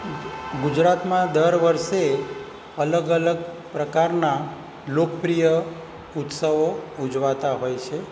ગુજરાતમાં દર વર્ષે અલગ અલગ પ્રકારના લોકપ્રિય ઉત્સવો ઉજવાતા હોય છે